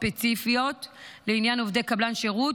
ספציפיות לעניין עובדי קבלן שירות,